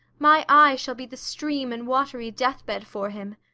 my eye shall be the stream and watery death-bed for him.